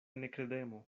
nekredemo